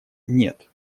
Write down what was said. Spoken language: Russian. нет